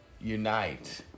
unite